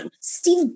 Steve